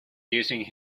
using